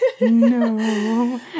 no